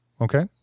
Okay